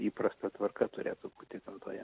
įprasta tvarka turėtų būti gamtoje